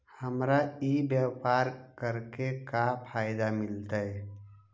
हमरा ई व्यापार करके का फायदा मिलतइ?